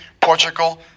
Portugal